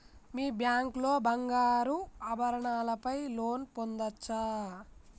మీ bank లో బంగారు ఆభరణాల పై లోన్ పొందచ్చా?